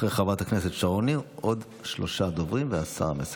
אחרי חברת הכנסת שרון ניר עוד שלושה דברים והשר המסכם.